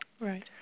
right